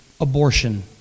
abortion